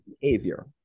behavior